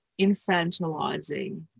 infantilizing